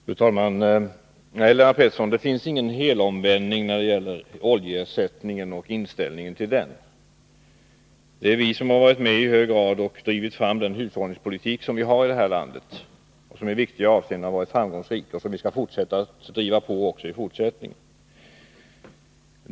Fru talman! Nej, Lennart Pettersson, man kan inte tala om någon helomvändning när det gäller oljeersättningen och inställningen till den frågan. Det var vi som i hög grad var med om att driva fram den hushållningspolitik som vi har i det här landet och som i viktiga avseenden har varit framgångsrik. Också i fortsättningen skall vi driva på den politiken.